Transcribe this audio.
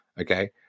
okay